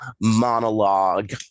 monologue